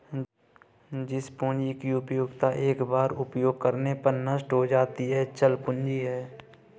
जिस पूंजी की उपयोगिता एक बार उपयोग करने पर नष्ट हो जाती है चल पूंजी है